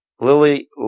Lily